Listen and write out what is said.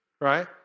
Right